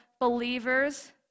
believers